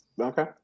Okay